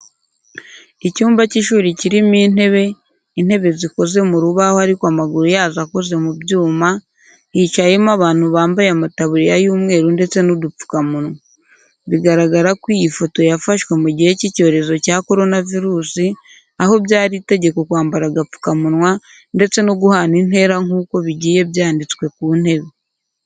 Icyumba cy'ishuri kirimo intebe, intebe zikoze mu rubaho ariko amaguru yazo akoze mu byuma, hicayemo abantu bambaye amataburiya y'umweru ndetse n'udupfukamunwa. Bigaragara ko iyi foto yafashwe mu gihe cy'icyorezo cya korona virusi, aho byari itegeko kwambara agapfukamunwa ndetse no guhana intera nk'uko bigiye byanditse ku ntebe.